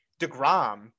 DeGrom